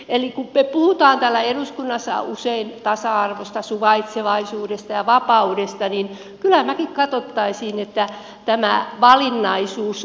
eli kun me puhumme täällä eduskunnassa usein tasa arvosta suvaitsevaisuudesta ja vapaudesta niin kyllä minäkin katsoisin että olisi tämä valinnaisuus